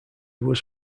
was